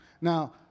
Now